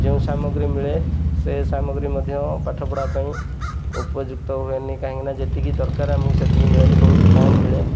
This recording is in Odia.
ଯେଉଁ ସାମଗ୍ରୀ ମିଳେ ସେ ସାମଗ୍ରୀ ମଧ୍ୟ ପାଠପଢ଼ା ପାଇଁ ଉପଯୁକ୍ତ ହୁଏନି କାହିଁକି ନା ଯେତିକି ଦରକାର ଆମକୁ ସେତିକି ମିଳେନି ବହୁତ କମ୍ ମିଳେ